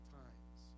times